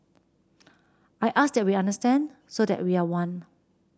I ask that we understand so that we are one